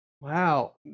Wow